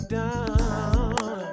down